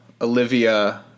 Olivia